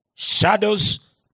Shadows